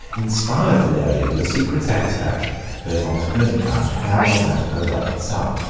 inspired valeria with a secret satisfaction, both on her own account and on that of her adopted son.